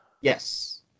Yes